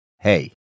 Hey